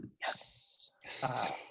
Yes